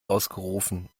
ausgerufen